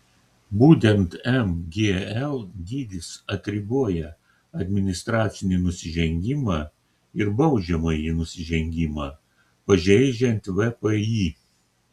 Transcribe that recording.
būtent mgl dydis atriboja administracinį nusižengimą ir baudžiamąjį nusižengimą pažeidžiant vpį